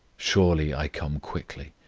surely i come quickly.